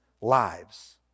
lives